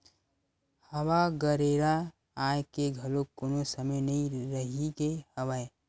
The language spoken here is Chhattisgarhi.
हवा गरेरा आए के घलोक कोनो समे नइ रहिगे हवय